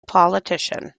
politician